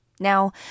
Now